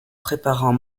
préparant